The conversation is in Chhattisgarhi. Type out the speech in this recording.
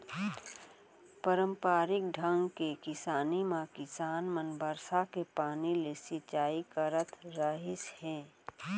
पारंपरिक ढंग के किसानी म किसान मन बरसा के पानी ले सिंचई करत रहिस हे